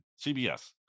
CBS